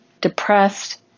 depressed